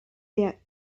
der